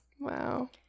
Wow